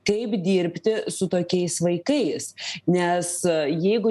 kaip dirbti su tokiais vaikais nes jeigu